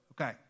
Okay